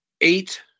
eight